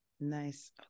nice